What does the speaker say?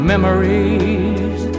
Memories